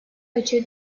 açığı